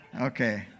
Okay